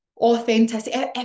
authenticity